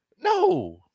No